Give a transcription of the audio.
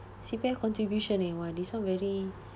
C_P_F contribution in !wah! this one very